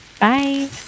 Bye